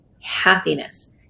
happiness